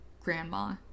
grandma